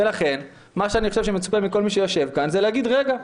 ולכן מה שאני חושב שמצופה מכל מי שיושב כאן זה להגיד: רגע,